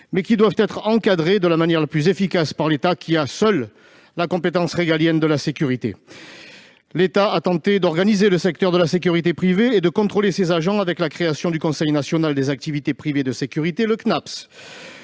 mais qui doivent être encadrés de la manière la plus efficace par l'État qui dispose seul de la compétence régalienne en termes de sécurité. L'État a tenté d'organiser le secteur de la sécurité privée et de contrôler ses agents avec la création du Conseil national des activités privées de sécurité, le Cnaps.